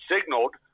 signaled